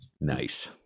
nice